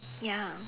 ya